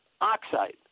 oxide